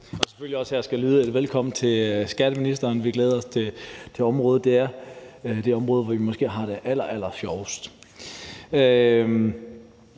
der selvfølgelig også lyde et velkommen til skatteministeren. Vi glæder os til området. Det er det område, hvor vi måske har det allersjovest.